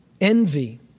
envy